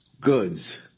goods